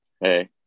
hey